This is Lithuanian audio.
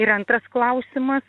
ir antras klausimas